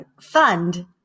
fund